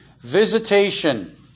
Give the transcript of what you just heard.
visitation